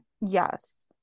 yes